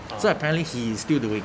so apparently he's still doing